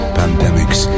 pandemics